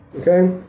Okay